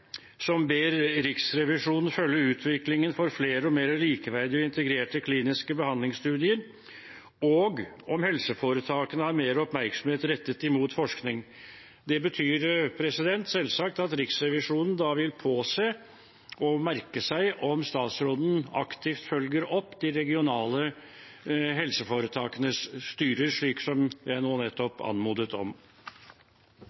som ber Riksrevisjonen følge utviklingen for flere og mer likeverdige og integrerte kliniske behandlingsstudier, og om helseforetakene har mer oppmerksomhet rettet mot forskning. Det betyr selvsagt at Riksrevisjonen da vil påse og merke seg om statsråden aktivt følger opp de regionale helseforetakenes styrer, slik som